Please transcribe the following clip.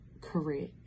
career